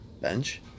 bench